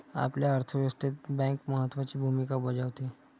आपल्या अर्थव्यवस्थेत बँक महत्त्वाची भूमिका बजावते